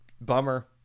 Bummer